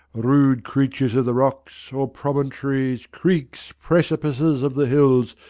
rude creatures of the rocks, o promontories, creeks, precipices of the hills,